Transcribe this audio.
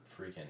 freaking